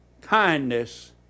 kindness